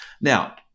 Now